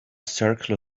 circle